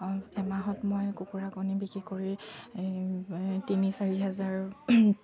এমাহত মই কুকুৰা কণী বিক্ৰী কৰি তিনি চাৰি হাজাৰ